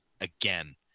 again